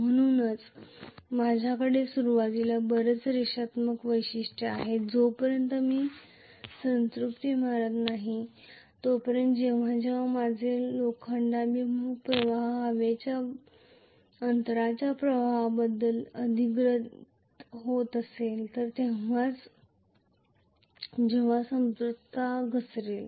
म्हणूनच माझ्याकडे सुरुवातीला बरीच रेषात्मक वैशिष्ट्ये आहेत जोपर्यंत मी सॅच्युरेशनला पोहचत नाही जेव्हा जेव्हा माझे लोखंडाभिमुख प्रवाह हवेच्या अंतराच्या प्रवाहांवर अधिग्रहित होत असेल तेव्हाच जेव्हा संपृक्तता घसरेल